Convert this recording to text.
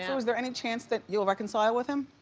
and is there any chance that you'll reconcile with him?